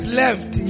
left